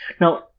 Now